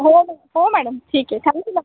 हो मॅ हो मॅडम ठीक आहे थॅंक्यू मॅम